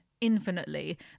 infinitely